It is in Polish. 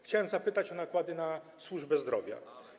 Chciałbym zapytać o nakłady na służbę zdrowia.